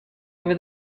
over